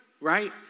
right